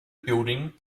building